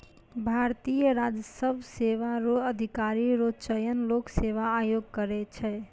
भारतीय राजस्व सेवा रो अधिकारी रो चयन लोक सेवा आयोग करै छै